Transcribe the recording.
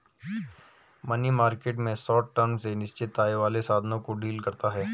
money market में short term के निश्चित आय वाले साधनों को डील करता है